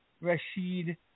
Rashid